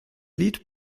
lied